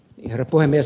herra puhemies